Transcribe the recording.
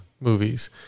movies